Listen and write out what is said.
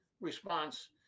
response